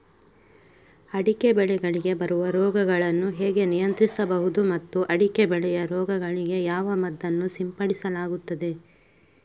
ಅಡಿಕೆ ಬೆಳೆಗಳಿಗೆ ಬರುವ ರೋಗಗಳನ್ನು ಹೇಗೆ ನಿಯಂತ್ರಿಸಬಹುದು ಮತ್ತು ಅಡಿಕೆ ಬೆಳೆಯ ರೋಗಗಳಿಗೆ ಯಾವ ಮದ್ದನ್ನು ಸಿಂಪಡಿಸಲಾಗುತ್ತದೆ?